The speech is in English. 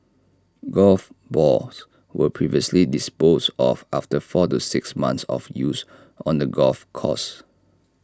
golf balls were previously disposed of after four to six months of use on the golf course